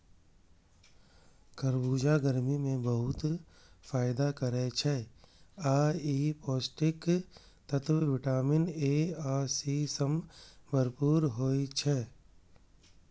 खरबूजा गर्मी मे बहुत फायदा करै छै आ ई पौष्टिक तत्व विटामिन ए आ सी सं भरपूर होइ छै